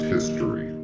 History